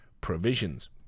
provisions